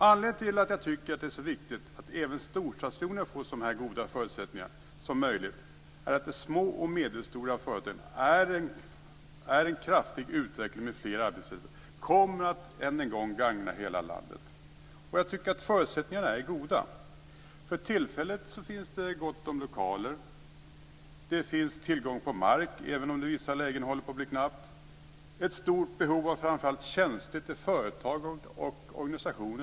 Anledningen till att jag tycker att det är så viktigt att även storstadsregionerna får så goda förutsättningar som möjligt för de små och medelstora företagen är alltså att en kraftig utveckling med fler arbetstillfällen gagnar hela landet. Jag tycker att förutsättningarna är goda. För tillfället finns det gott om lokaler. Det finns också tillgång till mark, även om det i vissa lägen börjar bli knappt. Vidare finns det ett stort behov framför allt av tjänster till företag och organisationer.